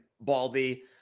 Baldy